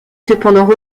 cependant